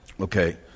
Okay